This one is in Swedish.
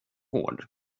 hård